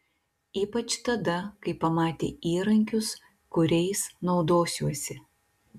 ypač tada kai pamatė įrankius kuriais naudosiuosi